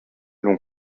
l’on